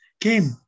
came